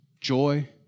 joy